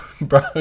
Bro